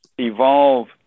evolve